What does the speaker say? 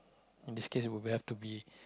in this case would we have to be